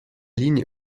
ligne